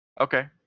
okay